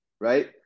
right